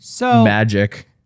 magic